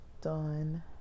done